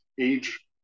age